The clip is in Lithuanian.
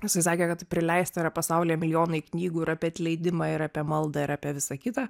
jisai sakė kad prileista yra pasaulyje milijonai knygų ir apie atleidimą ir apie maldą ir apie visa kita